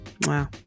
Wow